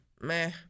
meh